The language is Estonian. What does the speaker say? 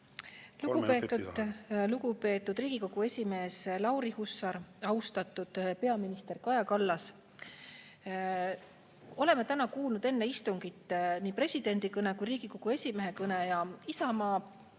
Lugupeetud Riigikogu esimees Lauri Hussar! Austatud peaminister Kaja Kallas! Kuulsime täna enne istungit nii presidendi kõnet kui ka Riigikogu esimehe kõnet ja Isamaa